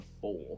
four